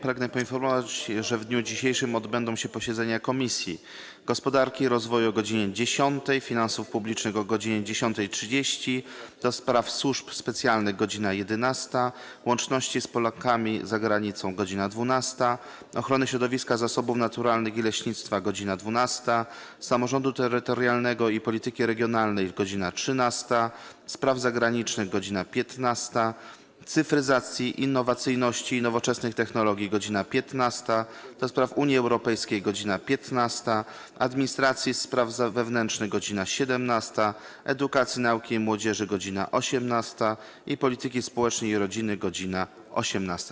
Pragnę poinformować, że w dniu dzisiejszym odbędą się posiedzenia Komisji: - Gospodarki i Rozwoju - godz. 10, - Finansów Publicznych - godz. 10.30, - do Spraw Służb Specjalnych - godz. 11, - Łączności z Polakami za Granicą - godz. 12, - Ochrony Środowiska, Zasobów Naturalnych i Leśnictwa - godz. 12, - Samorządu Terytorialnego i Polityki Regionalnej - godz. 13, - Spraw Zagranicznych - godz. 15, - Cyfryzacji, Innowacyjności i Nowoczesnych Technologii - godz. 15, - do Spraw Unii Europejskiej - godz. 15, - Administracji i Spraw Wewnętrznych - godz. 17, - Edukacji, Nauki i Młodzieży - godz. 18, - Polityki Społecznej i Rodziny - godz. 18.